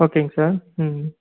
ஓகேங்க சார் ம்